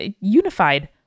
unified